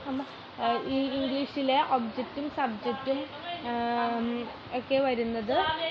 നമ്മൾ ഈ ഇംഗ്ലീഷിലെ ഒബ്ജക്റ്റും സബ്ജക്റ്റും ഒക്കെ വരുന്നത്